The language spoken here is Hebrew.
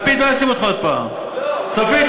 לפיד לא ישים אותך עוד הפעם, סופית.